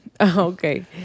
Okay